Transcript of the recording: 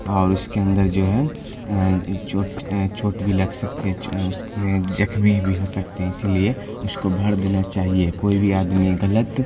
اور اس کے اندر جو ہے چوٹ چوٹ بھی لگ سکتے ہیں اس میں زخمی بھی ہو سکتے ہیں اسی لیے اس کو بھر دینا چاہیے کوئی بھی آدمی غلط